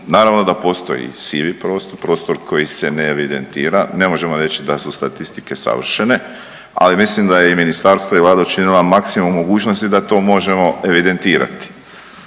Naravno da postoji sivi prostor, prostor koji se ne evidentira. Ne možemo reći da su statistike savršene, ali mislim da je i ministarstvo i Vlada učinila maksimum mogućnosti da to evidentirati.